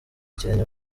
ikirenge